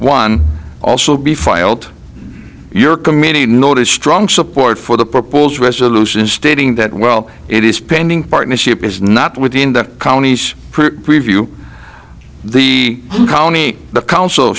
one also be filed your committee notice strong support for the proposed resolution stating that well it is pending partnership is not within the colonies review the colony the council